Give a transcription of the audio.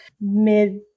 mid